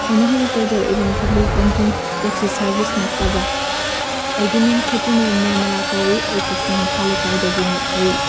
ꯑꯩ ꯍꯧꯖꯤꯛ ꯇꯧꯖꯔꯛꯏꯕ ꯃꯐꯝꯁꯤ ꯇꯣꯝꯊꯤꯟ ꯇꯦꯛꯁꯤ ꯁꯥꯔꯚꯤꯁ ꯅꯠꯇꯕ꯭ꯔꯥ ꯑꯩꯒꯤ ꯃꯤꯡ ꯈꯦꯇ꯭ꯔꯤꯃꯌꯨꯝ ꯅꯤꯔꯃꯂꯥ ꯀꯧꯋꯤ ꯑꯩ ꯀꯛꯆꯤꯡ ꯃꯈꯥ ꯂꯩꯀꯥꯏꯗꯒꯤꯅꯤ ꯑꯩ